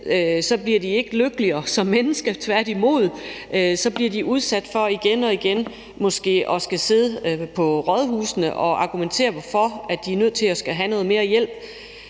bliver de ikke lykkeligere som mennesker, tværtimod bliver de udsat for igen og igen måske at skulle sidde på rådhuset og argumentere for, at de er nødt til at skulle have noget mere hjælp.